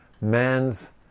man's